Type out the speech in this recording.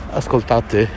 ascoltate